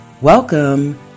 welcome